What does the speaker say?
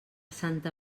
santa